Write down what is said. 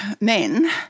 men